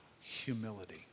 Humility